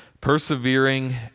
persevering